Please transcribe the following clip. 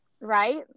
Right